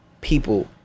people